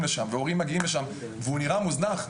אליו והורים מגיעים לשם והוא נראה מוזנח,